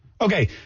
Okay